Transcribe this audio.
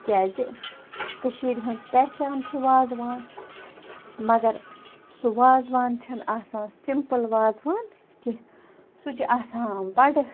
تِکیٛازِ کٔشیٖر ہٕنٛز پہچان چھِ وازٕوان مگر سُہ وازٕوان چھِنہٕ آسان سِمپٕل وازٕوان کیٚںٛہہ سُہ چھُ آسان بَڑٕ